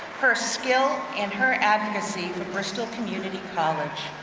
her skill and her advocacy bristol community college.